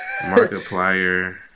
markiplier